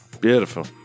Beautiful